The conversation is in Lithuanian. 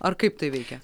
ar kaip tai veikia